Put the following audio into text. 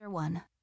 one